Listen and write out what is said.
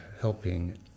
helping